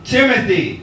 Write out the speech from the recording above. Timothy